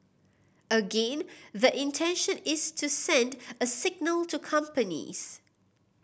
again the intention is to send a signal to companies